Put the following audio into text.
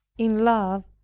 in love,